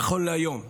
נכון להיום,